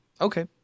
Okay